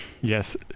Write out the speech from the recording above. Yes